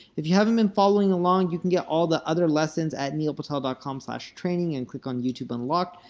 if you haven't been following along, you can get all the other lessons at neilpatel dot com slash training and click on youtube unlocked.